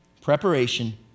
preparation